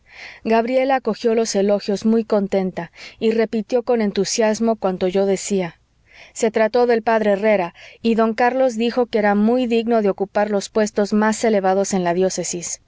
gabriela acogió los elogios muy contenta y repitió con entusiasmo cuanto yo decía se trató del p herrera y don carlos dijo que era muy digno de ocupar los puestos más elevados en la diócesis que